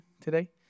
today